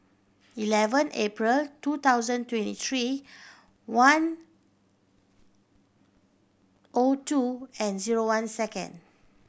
eleven April two thousand twenty three one O two and zero one second